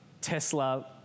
Tesla